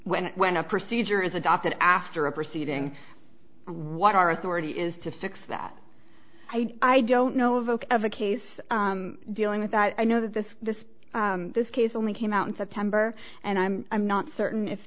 it went a procedure is adopted after a proceeding what our authority is to fix that i don't know a vote of a case dealing with that i know that this this this case only came out in september and i'm i'm not certain if